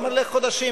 למה חודשים?